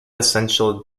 essential